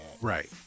Right